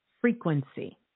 frequency